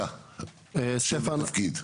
בבקשה, שם ותפקיד.